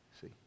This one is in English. See